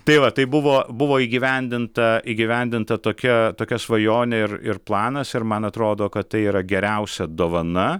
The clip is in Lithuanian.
tai va tai buvo buvo įgyvendinta įgyvendinta tokia tokia svajonė ir ir planas ir man atrodo kad tai yra geriausia dovana